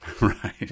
Right